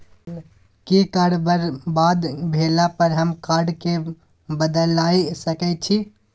कि कार्ड बरबाद भेला पर हम कार्ड केँ बदलाए सकै छी?